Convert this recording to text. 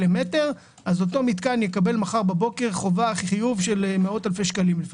למטר אז אותו מתקן יקבל מחר בבוקר חיוב של מאות אלפי שקלים לפעמים,